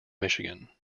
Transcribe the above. michigan